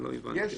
לא הבנתי.